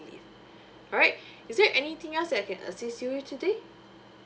alright is there anything else that I can assist you with today